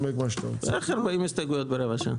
איך ארבעים הסתייגויות ברבע שעה?